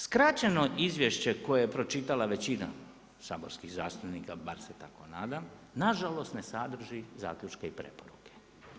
Skraćeno izvješće koje je pročitala većina saborskih zastupnika, bar se tako nadam, nažalost ne sadrži zaključke i preporuke.